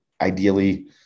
ideally